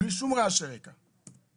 בלי שום רעשי רקע,